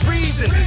Reason